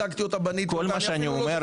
הצגתי אותה --- כל מה שאני אומר,